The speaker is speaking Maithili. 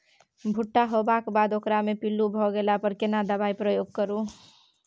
भूट्टा होबाक बाद ओकरा मे पील्लू भ गेला पर केना दबाई प्रयोग करू?